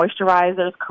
moisturizers